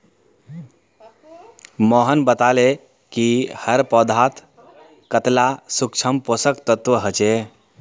मोहन बताले कि हर पौधात कतेला सूक्ष्म पोषक तत्व ह छे